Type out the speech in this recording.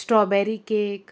strawberry cake